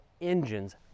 engines